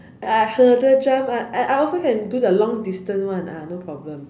uh hurdle jump ah I I also can do the long distance one ah no problem